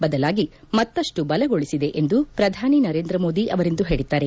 ಬದಲಾಗಿ ಮತ್ತಷ್ಟು ಬಲಗೊಳಿಸಿದೆ ಎಂದು ಪ್ರಧಾನಿ ನರೇಂದ್ರ ಮೋದಿ ಅವರಿಂದು ಹೇಳಿದ್ದಾರೆ